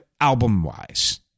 album-wise